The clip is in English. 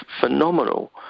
phenomenal